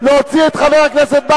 מי אתה שתדבר על יאסר ערפאת?